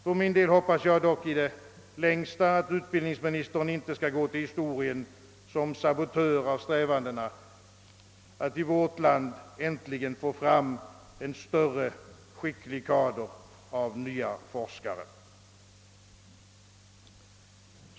För min del hoppas jag dock i det längsta, att utbildningsministern inte skall gå till historien som sabotör av strävandena att i vårt land äntligen få fram en större kader av nya, skickliga forskare.